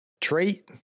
trait